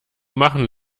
machen